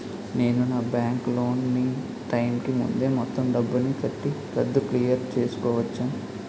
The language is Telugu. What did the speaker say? నేను నా బ్యాంక్ లోన్ నీ టైం కీ ముందే మొత్తం డబ్బుని కట్టి రద్దు క్లియర్ చేసుకోవచ్చా?